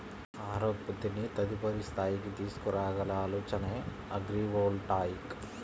ఆహార ఉత్పత్తిని తదుపరి స్థాయికి తీసుకురాగల ఆలోచనే అగ్రివోల్టాయిక్